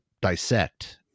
dissect